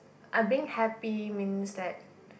uh being happy means that